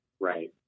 Right